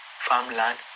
farmland